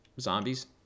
zombies